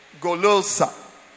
Golosa